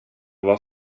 var